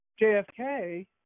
JFK